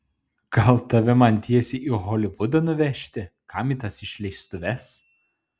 gal tave man tiesiai į holivudą nuvežti kam į tas išleistuves